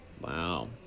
Wow